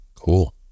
cool